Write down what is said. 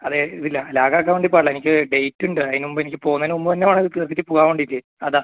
അതെ ഇത് ലാഗ് ആകാൻ വേണ്ടി പാടില്ല എനിക്ക് ഡേറ്റ് ഉണ്ട് അതിന് മുമ്പ് എനിക്ക് പോകുന്നതിന് മുമ്പ് തന്നെ വേണം ഇത് തീർത്തിട്ട് പോവാൻ വേണ്ടിയിട്ട് അതാണ്